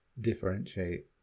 differentiate